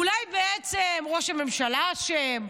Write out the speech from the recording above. אולי בעצם ראש הממשלה אשם?